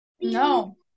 no